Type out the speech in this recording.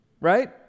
right